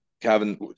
Kevin